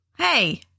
Hey